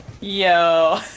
Yo